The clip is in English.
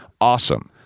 Awesome